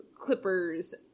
clippers